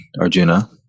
Arjuna